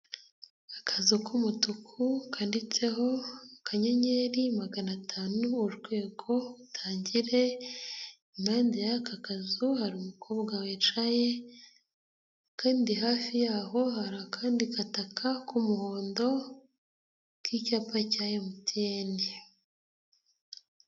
Akazu k'umutuku kandiditseho kanyenyeri magana atanu urwego utangire, impande y'aka kazu hari umukobwa wicaye, kandi hafi yaho hari akandi gataka k'umuhondo k'icyapa cya MTN.